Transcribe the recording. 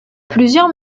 plusieurs